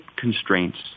constraints